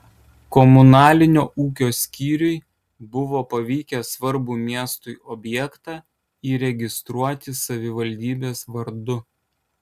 komunalinio ūkio skyriui buvo pavykę svarbų miestui objektą įregistruoti savivaldybės vardu